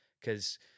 because-